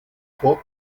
fort